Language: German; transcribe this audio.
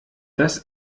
das